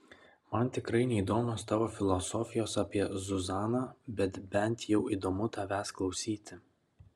man tikrai neįdomios tavo filosofijos apie zuzaną bet bent jau įdomu tavęs klausyti